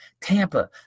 Tampa